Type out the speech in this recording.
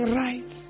right